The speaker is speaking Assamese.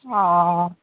অঁ